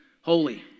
holy